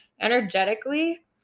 energetically